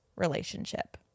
Relationship